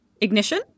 Ignition